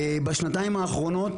בשנתיים האחרונות,